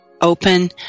open